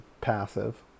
passive